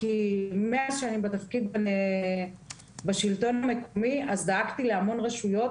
כי מאז שאני בתפקיד בשלטון המקומי דאגתי להעביר להמון רשויות